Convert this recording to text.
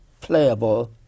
playable